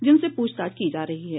जिन से पूछताछ की जा रही है